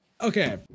okay